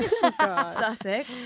Sussex